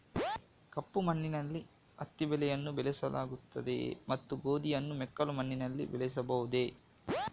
ಕಪ್ಪು ಮಣ್ಣಿನಲ್ಲಿ ಹತ್ತಿ ಬೆಳೆಯನ್ನು ಬೆಳೆಸಲಾಗುತ್ತದೆಯೇ ಮತ್ತು ಗೋಧಿಯನ್ನು ಮೆಕ್ಕಲು ಮಣ್ಣಿನಲ್ಲಿ ಬೆಳೆಯಬಹುದೇ?